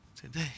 today